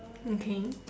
okay